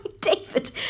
David